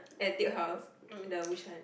Etude House the which one